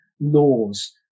laws